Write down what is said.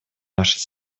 нашей